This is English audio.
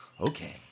Okay